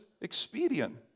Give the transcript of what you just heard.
expedient